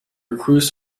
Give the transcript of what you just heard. recluse